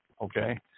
Okay